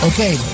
Okay